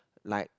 like